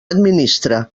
administra